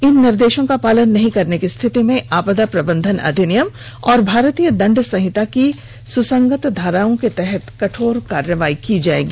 इन निर्देशो का पालन नहीं करने की स्थिति में आपदा प्रबंधन अधिनियम और भारतीय दंड संहिता की सुसंगत धाराओं के तहत कठोर कार्रवाई की जाएगी